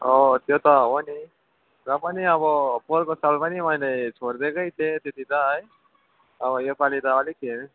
त्यो त हो नि र पनि अब पोहोरको साल पनि मैले छोडिदिएकै थिएँ त्यति त है अब योपालि त अलिक है